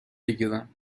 بگیرم